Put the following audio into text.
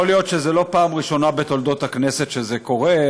יכול להיות שזו לא הפעם הראשונה בתולדות הכנסת שזה קורה,